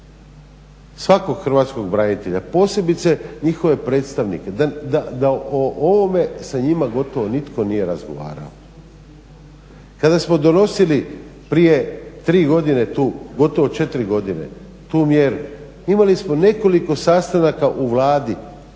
svakog hrvatskog branitelja, posebice njihove predstavnike, da o ovome sa njima gotovo nitko nije razgovarao. Kada smo donosili prije tri godine tu, gotovo četiri godine, tu mjeru imali smo nekoliko sastanaka u Vladi